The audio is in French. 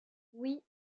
oui